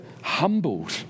humbled